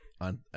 on